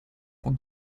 con